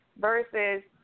Versus